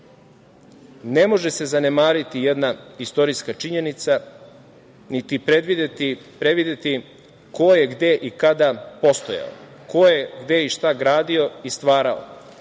ne može se zanemariti jedna istorijska činjenica, niti prevideti ko je gde i kada postojao, ko je gde i šta gradio i stvarao.